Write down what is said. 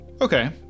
Okay